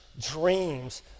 dreams